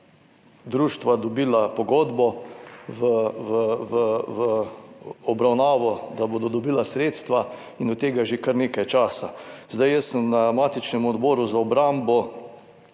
društva dobila pogodbo v obravnavo, da bodo dobila sredstva, in od tega je že kar nekaj časa. Jaz sem na matičnem Odboru za obrambo